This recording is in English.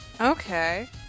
Okay